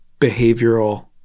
behavioral